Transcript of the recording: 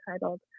titled